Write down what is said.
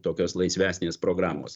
tokios laisvesnės programos